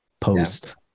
post